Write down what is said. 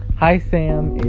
hi, sam.